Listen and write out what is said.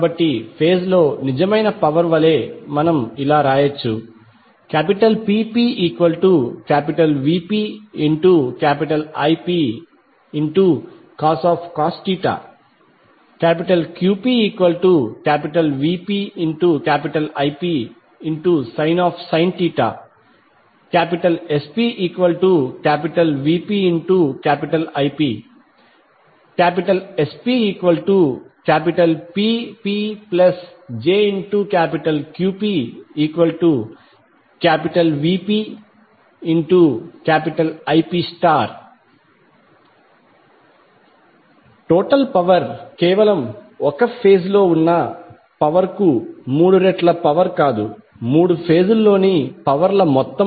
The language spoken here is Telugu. కాబట్టి ఫేజ్ లో నిజమైన పవర్ వలె మనం ఇలా వ్రాయవచ్చు PpVpIpcos QpVpIpsin SpVpIp SpPpjQpVpIp total power కేవలం ఒక ఫేజ్ లో ఉన్న పవర్ కు మూడు రెట్లు పవర్ కాదు మూడు ఫేజ్ ల్లోని పవర్ ల మొత్తం